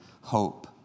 hope